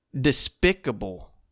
Despicable